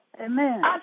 Amen